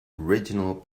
regional